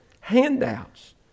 handouts